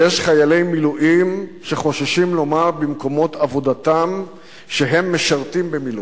יש חיילי מילואים שחוששים לומר במקומות עבודתם שהם משרתים במילואים.